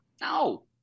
No